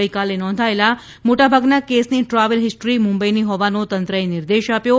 ગઇકાલે નોંધાયેલાં મોટાભાગના કેસની ટ્રાવેલ હિસ્ટ્રી મુંબઈની હોવાનો તંત્રએ નિર્દેશ આપ્યો છે